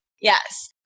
Yes